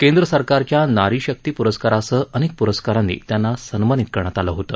केद्र सरकारच्या नारी शक्ती प्रस्कारासह अनेक प्रस्कारांनी त्यांना सन्मानित करण्यात आलं होतं